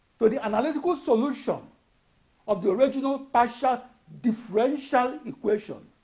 to the analytical solution of the original partial differential equation